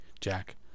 Jack